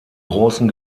großen